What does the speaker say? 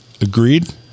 Agreed